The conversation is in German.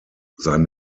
sein